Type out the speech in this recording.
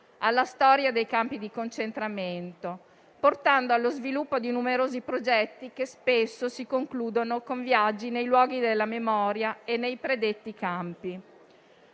alla storia dei campi di concentramento, portando allo sviluppo di numerosi progetti che spesso si concludono con viaggi nei luoghi della memoria e nei predetti campi.